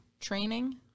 training